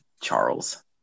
Charles